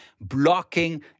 blocking